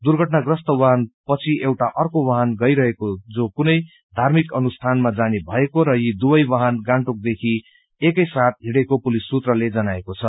दुर्घटना ग्रस्त वाहनपछि एउटा अर्को वाहन रहेको जो कुनै धार्मिक अनुषठनमा जानेभएको र यी दुवै वाहन गान्तोकदेखि एकैसागि हिडेको पुलिस सुत्रले जनाएको छ